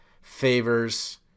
favors